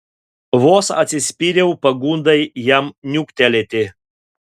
vos atsispyriau pagundai jam niuktelėti